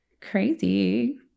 crazy